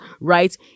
right